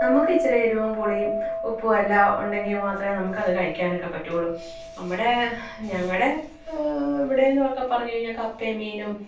നമുക്കിച്ചരെ എരിവും പുളിയും ഉപ്പുമെല്ലാം ഉണ്ടെങ്കിൽ മാത്രമേ നമുക്കത് കഴിക്കാനൊക്കെ പറ്റുകയുള്ളു നമ്മുടെ ഞങ്ങളുടെ ഇവിടേ എന്നുമൊക്കെ പറഞ്ഞു കഴിഞ്ഞാൽ കപ്പയും മീനും